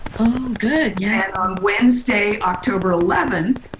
good. yeah. and on wednesday, october eleventh,